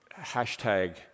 hashtag